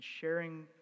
sharing